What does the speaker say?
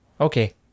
Okay